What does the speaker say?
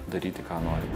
daryti ką nori